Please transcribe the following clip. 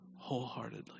wholeheartedly